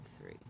three